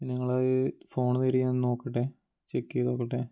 നിങ്ങൾ ഈ ഫോണ് തരാൻ ഞാൻ നോക്കട്ടെ ചെക്ക് ചെയ്തു നോക്കട്ടെ